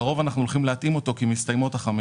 בקרוב אנחנו הולכים להתאים אותו כי מסתיימות חמש